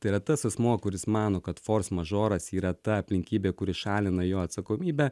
tai yra tas asmuo kuris mano kad fors mažoras yra ta aplinkybė kuri šalina jo atsakomybę